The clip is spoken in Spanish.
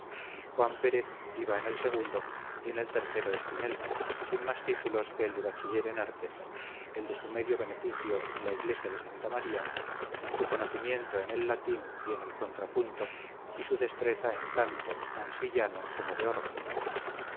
juan pérez iba en el segundo y en el tercero espinel sin más títulos que el de bachiller en artes el de su medio beneficio en la iglesia de santa maría su conocimiento en el latín y en el contrapunto y su destreza en canto ansi llano como de órgano